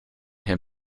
him